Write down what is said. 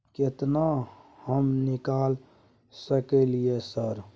केतना हम निकाल सकलियै सर?